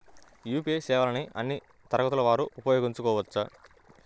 UPI సేవలని అన్నీ తరగతుల వారు వినయోగించుకోవచ్చా?